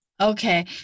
Okay